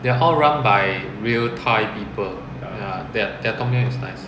they are all run by real thai people ya their their tom yum is nice